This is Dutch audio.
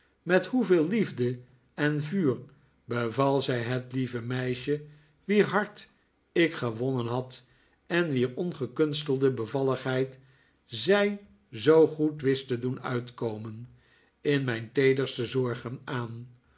met hoeveel liefde en vuur beval zij het lieve meisje wier hart ik gewonnen had en x wier ongekunstelde bevalligheid zij zoo goed wist te doen uitkomen in mijn teederste zorgen aan